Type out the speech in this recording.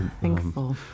Thankful